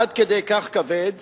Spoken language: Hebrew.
עד כדי כך כבד